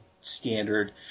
standard